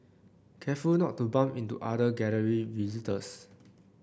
careful not to bump into other Gallery visitors